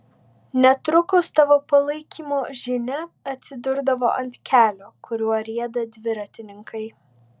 netrukus tavo palaikymo žinia atsidurdavo ant kelio kuriuo rieda dviratininkai